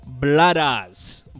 Bloodas